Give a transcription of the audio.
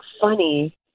funny